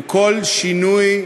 הוא כל שינוי,